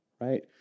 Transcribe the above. right